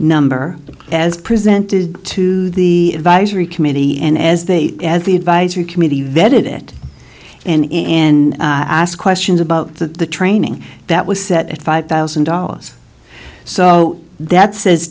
number as presented to the advisory committee and as they as the advisory committee vetted it and and asked questions about the training that was set at five thousand dollars so that says